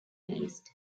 released